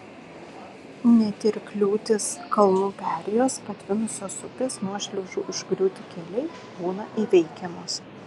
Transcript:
net ir kliūtys kalnų perėjos patvinusios upės nuošliaužų užgriūti keliai būna įveikiamos